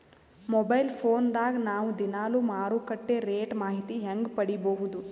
Mobile phone ದಾಗ ನಾವು ದಿನಾಲು ಮಾರುಕಟ್ಟೆ ರೇಟ್ ಮಾಹಿತಿ ಹೆಂಗ ಪಡಿಬಹುದು?